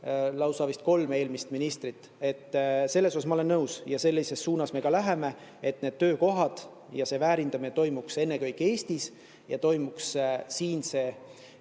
lausa vist kolm eelmist ministrit. Selles osas ma olen nõus ja sellises suunas me läheme, et need töökohad ja see väärindamine toimuks ennekõike Eestis ja toimuks siinse